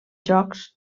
jocs